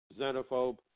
xenophobe